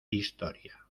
historia